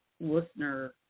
listener